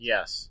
Yes